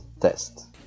test